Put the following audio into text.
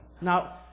Now